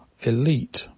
elite